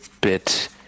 bit